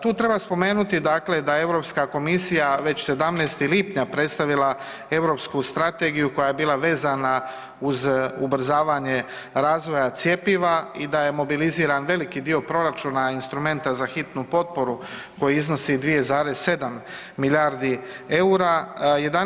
Tu treba spomenuti dakle da je Europska komisija već 17. lipnja predstavila europsku strategiju koja je bila vezana uz ubrzavanje razvoja cjepiva i da je mobiliziran veliki dio proračuna instrumenta za hitnu potporu koji iznosi 2,7 milijarde EUR-a.